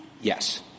Yes